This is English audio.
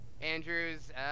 Andrews